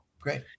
Great